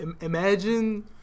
imagine